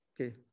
okay